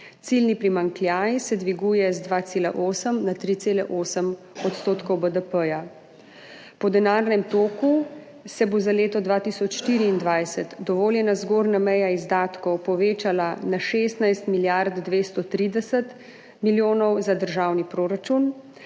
Ciljni primanjkljaj se dviguje z 2,8 na 3,8 % BDP. Po denarnem toku se bo za leto 2024 dovoljena zgornja meja izdatkov povečala na 16 milijard 230 milijonov za državni proračun,